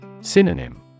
Synonym